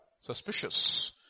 Suspicious